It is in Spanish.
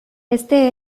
este